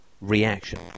reaction